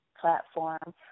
platform